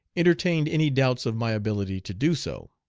entertained any doubts of my ability to do so.